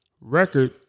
record